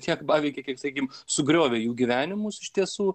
tiek paveikė kiek sakykim sugriovė jų gyvenimus iš tiesų